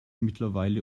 mittlerweile